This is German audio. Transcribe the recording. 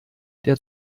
der